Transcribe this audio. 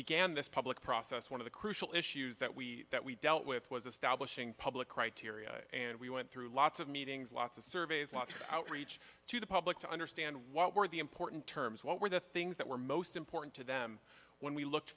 began this public process one of the crucial issues that we that we dealt with was establishing public criteria and we went through lots of meetings lots of surveys lots of outreach to the public to understand what were the important terms what were the things that were most important to them when we looked